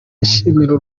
ashimira